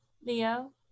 Leo